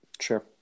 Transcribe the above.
sure